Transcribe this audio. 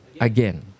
again